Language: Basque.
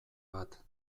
bat